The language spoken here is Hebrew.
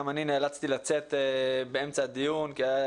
גם נאלצתי לצאת באמצע הדיון כי היו